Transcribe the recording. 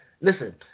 Listen